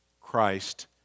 Christ